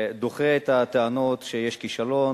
דוחה את הטענות שיש כישלון.